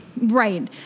Right